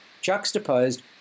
juxtaposed